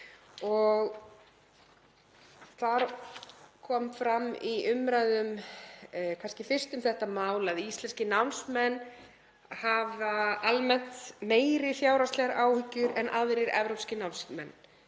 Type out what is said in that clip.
og þar kom fram í umræðu um þetta mál að íslenskir námsmenn hafa almennt meiri fjárhagslegar áhyggjur en aðrir evrópskir námsmenn.